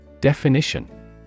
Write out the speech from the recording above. Definition